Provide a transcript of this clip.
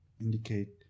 indicate